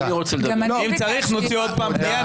אם צריך נוציא עוד פעם פנייה.